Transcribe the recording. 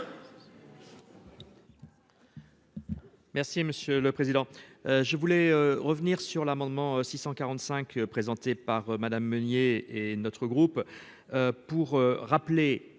Merci monsieur le président, je voulais revenir sur l'amendement 645 présentée par Madame Meunier et notre groupe pour rappeler